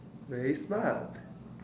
very smart